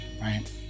right